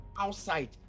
outside